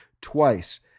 twice